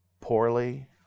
poorly